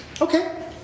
Okay